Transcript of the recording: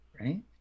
Right